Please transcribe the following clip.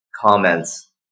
comments